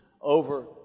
over